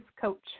coach